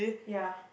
ya